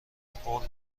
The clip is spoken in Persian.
قول